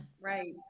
Right